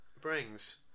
brings